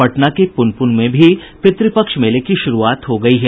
पटना के पुनपुन में भी पितृपक्ष मेले की शुरूआत हो गयी है